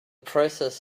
process